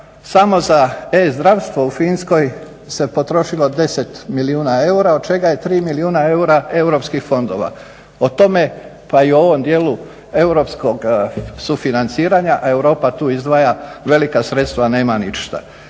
Samo za e-zdravstvo u Finskoj se potrošilo 10 milijuna eura od čega je 3 milijuna eura europskih fondova. O tome pa i o ovom dijelu europskog sufinanciranja, a Europa tu izdvaja velika sredstva nema ništa.